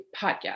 Podcast